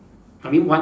I mean one